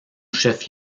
chef